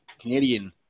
Canadian